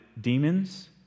demons